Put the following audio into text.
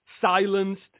silenced